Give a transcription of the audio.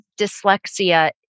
dyslexia